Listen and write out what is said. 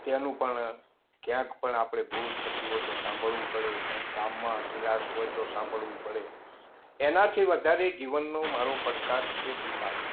તેનું પણ ક્યાંક પણ આપણે ભૂલ થતી હોય તો સાંભળવું પડે કાંઈ કામમાં ઢીલાસ હોય તો સાંભળવું પડે એનાથી વધારે જીવનનો મારો પડકાર છે બીમારી